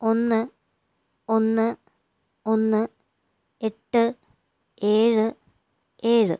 ഒന്ന് ഒന്ന് ഒന്ന് എട്ട് ഏഴ് ഏഴ്